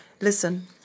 Listen